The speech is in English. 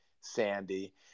Sandy